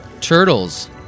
turtles